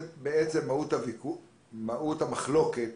מהות המחלוקת